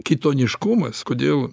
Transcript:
kitoniškumas kodėl